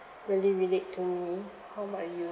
really relate to me how about you